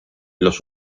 los